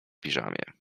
piżamie